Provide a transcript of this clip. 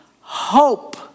hope